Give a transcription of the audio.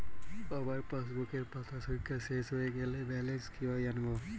আমার পাসবুকের পাতা সংখ্যা শেষ হয়ে গেলে ব্যালেন্স কীভাবে জানব?